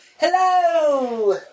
Hello